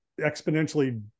exponentially